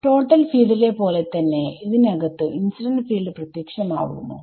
total field ലെ പോലെ തന്നെ ഇതിനകത്തു ഇൻസിഡന്റ് ഫീൽഡ് പ്രത്യക്ഷമാവുമോ